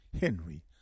Henry